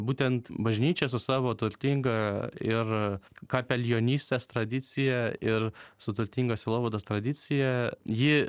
būtent bažnyčia su savo turtinga ir kapelionystės tradicija ir su turtinga sielovados tradicija ji